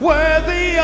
Worthy